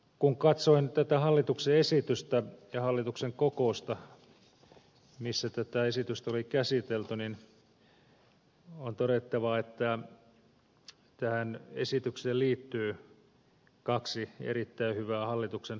kun katsoin tätä hallituksen esitystä ja hallituksen kokousta missä tätä esitystä oli käsitelty niin on todettava että tähän esitykseen liittyy kaksi erittäin hyvää hallituksen päätöspontta